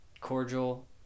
cordial